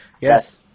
Yes